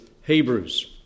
Hebrews